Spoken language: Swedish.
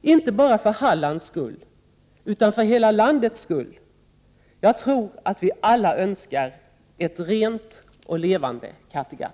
nu, inte bara för Hallands skullutan för hela landets skull. Jag tror att vi alla Önskar ett rent och levande Kattegatt.